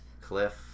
Cliff